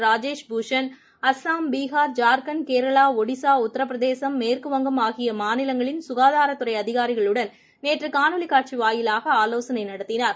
ராஜேஷ் பூஷன் அஸ்ஸாம் பீகார் ஜார்க்கண்ட் கேரளா ஒடிசா உத்தரபிரதேசம் மேற்குவங்கம் ஆகியமாநிலங்களின் சுகாதாரத்துறைஅதிகாரிகளுடன் நேற்றுகாணொலிக் காட்சிவாயிலாகஆலோசனைநடத்தினார்